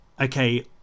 okay